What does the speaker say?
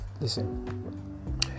Listen